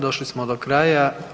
Došli smo do kraja.